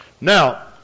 Now